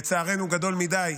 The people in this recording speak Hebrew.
לצערנו גדול מדי,